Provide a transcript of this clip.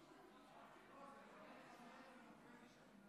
חבריי חברי הכנסת,